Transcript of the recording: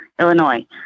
Illinois